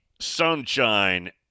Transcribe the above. Sunshine